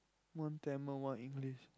one Tamil one English